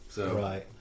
right